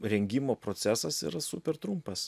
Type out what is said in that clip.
rengimo procesas yra super trumpas